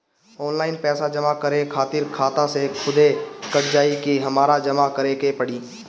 Online पैसा जमा करे खातिर खाता से खुदे कट जाई कि हमरा जमा करें के पड़ी?